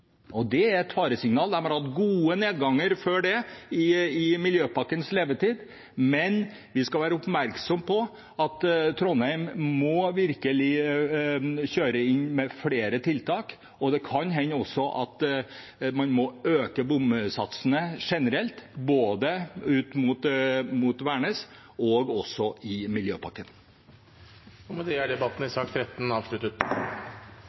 og det er et faresignal. De har hatt god nedgang før det i Miljøpakkens levetid, men vi skal være oppmerksom på at Trondheim må virkelig kjøre inn med flere tiltak. Det kan også hende at man må øke bomsatsene generelt både ut mot Værnes og også i